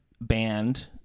banned